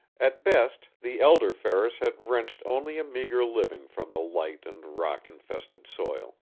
at best the elder ferris had wrenched only a meager living from the light and rock-infested soil.